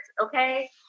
Okay